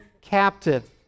captive